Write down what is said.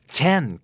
ten